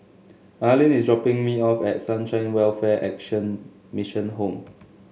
Arlyn is dropping me off at Sunshine Welfare Action Mission Home